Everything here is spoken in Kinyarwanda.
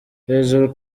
hejuru